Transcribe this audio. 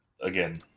Again